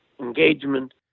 engagement